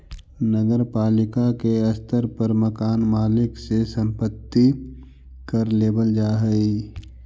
नगर पालिका के स्तर पर मकान मालिक से संपत्ति कर लेबल जा हई